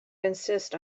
insist